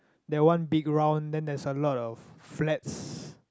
that one big round then that's a lot of flats